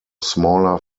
smaller